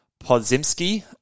Podzimski